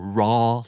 raw